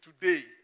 today